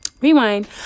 rewind